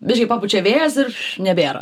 biškį papučia vėjas ir nebėra